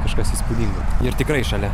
kažkas įspūdingo ir tikrai šalia